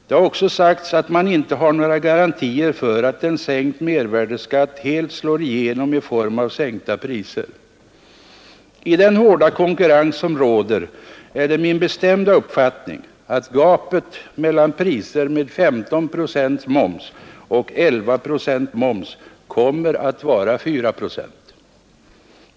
Det har också sagts att man inte har några garantier för att en sänkt mervärdeskatt helt slår igenom i form av sänkta priser. I den hårda konkurrens som råder är det min bestämda uppfattning att gapet mellan priser med 15 procents moms och priser med 11 procents moms kommer att vara 4 procent.